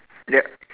yup